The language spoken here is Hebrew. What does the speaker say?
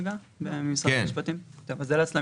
אני ממשרד המשפטים.